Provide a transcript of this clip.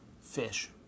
Fish